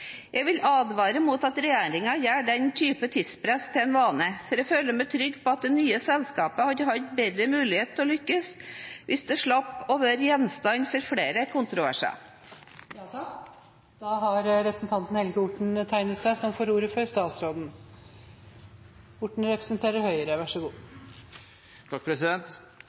Jeg vil advare mot at regjeringen gjør denne typen tidspress til en vane, for jeg føler meg trygg på at det nye selskapet hadde hatt bedre mulighet til å lykkes hvis det slapp å være gjenstand for flere